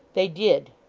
they did.